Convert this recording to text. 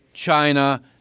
China